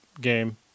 game